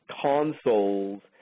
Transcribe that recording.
consoles